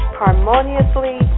harmoniously